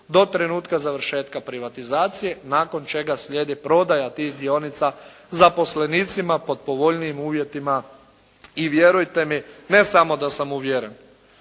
do trenutka završetka privatizacije, nakon čega slijedi prodaja tih dionica zaposlenicima pod povoljnijim uvjetima i vjerujte mi ne samo da sam uvjeren